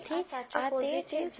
તેથી આ તે છે જે હોવું જોઈએ